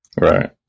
Right